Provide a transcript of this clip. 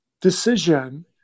decision